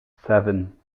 seven